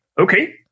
okay